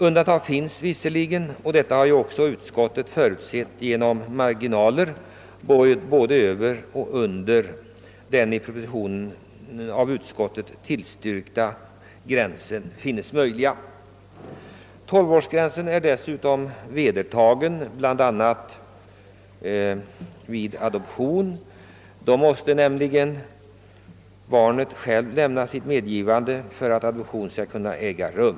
Undantag finns visserligen, och detta har också utskottsmajoriteten förutsett genom att ange marginaler både över och under den tillstyrkta gränsen. Tolvårsgränsen är dessutom vedertagen bl.a. vid adoption. Efter denna ålder måste nämligen barnet självt lämna medgivande för att adoption skall kunna äga rum.